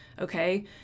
okay